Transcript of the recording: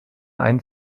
einen